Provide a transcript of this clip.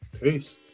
Peace